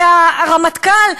והרמטכ"ל,